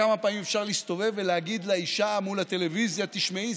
כמה פעמים אפשר להסתובב ולהגיד לאישה מול הטלוויזיה: תשמעי,